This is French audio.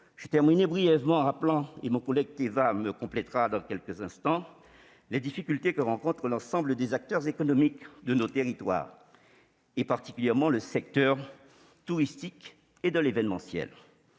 Je terminerai brièvement en rappelant- et mon collègue Teva Rohfritsch complétera mon propos dans quelques instants -les difficultés que rencontrent l'ensemble des acteurs économiques de nos territoires, et particulièrement le secteur touristique et de l'événementiel.